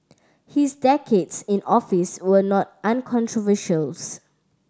his decades in office were not uncontroversial